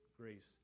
grace